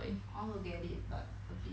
I want to get it but a bit